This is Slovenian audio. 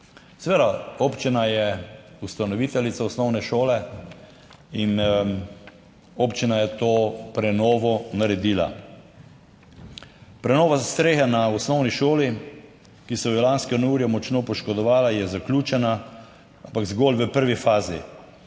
Seveda, občina je ustanoviteljica osnovne šole in občina je to prenovo naredila. Prenova strehe na osnovni šoli, ki so jo lanska neurja močno poškodovala, je zaključena, ampak zgolj v prvi fazi.